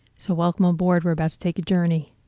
so welcome aboard, we're about to take a journey.